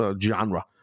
genre